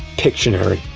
pictionary.